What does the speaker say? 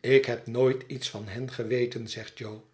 ik heb nooit iets van hen geweten zegt jo